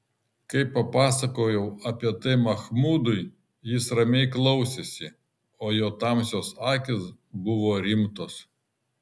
kai papasakojau apie tai machmudui jis ramiai klausėsi o jo tamsios akys buvo rimtos